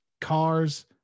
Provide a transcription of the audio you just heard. cars